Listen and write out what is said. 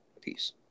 Peace